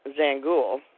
Zangul